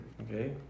Okay